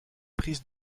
prises